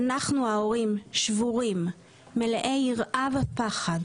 אנחנו ההורים שבורים, מלאי יראה ופחד.